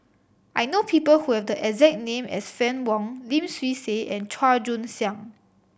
I know people who have the exact name as Fann Wong Lim Swee Say and Chua Joon Siang